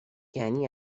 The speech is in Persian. یعنی